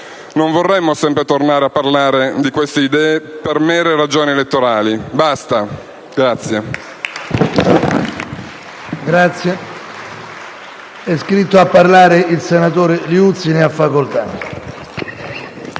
non vorremmo sempre tornare a parlare di queste idee per mere ragioni elettorali. Basta!